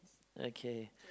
okay